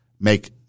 make